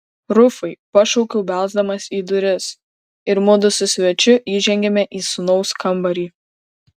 rufai pašaukiau belsdamas į duris ir mudu su svečiu įžengėme į sūnaus kambarį